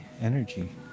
energy